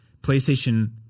PlayStation